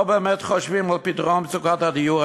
לא באמת חושבים על פתרון מצוקת הדיור.